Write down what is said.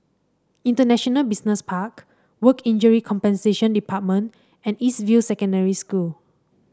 International Business Park Work Injury Compensation Department and East View Secondary School